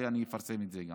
ואני גם אפרסם את זה.